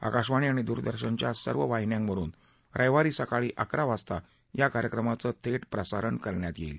आकाशवाणी आणि दूरदर्शनाच्या सर्व वाहिन्यांवरून रविवारी सकाळी अकरा वाजता या कार्यक्रमाचं थेट प्रसारण करण्यात येणार आहे